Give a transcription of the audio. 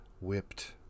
Whipped